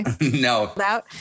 No